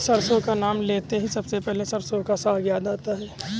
सरसों का नाम लेते ही सबसे पहले सरसों का साग याद आता है